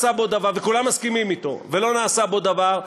וכולם מסכימים אתו ולא נעשה בו דבר,